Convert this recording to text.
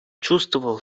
чувствовал